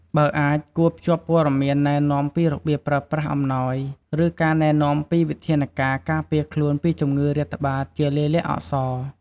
បើអាច គួរភ្ជាប់ព័ត៌មានណែនាំពីរបៀបប្រើប្រាស់អំណោយ ឬការណែនាំពីវិធានការការពារខ្លួនពីជំងឺរាតត្បាតជាលាយលក្ខណ៍អក្សរ។